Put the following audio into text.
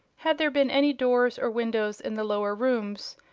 had there been any doors or windows in the lower rooms,